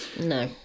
No